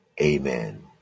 Amen